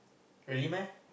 really meh